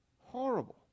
Horrible